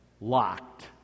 locked